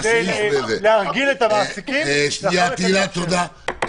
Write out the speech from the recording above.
אני בוודאי